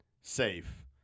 safe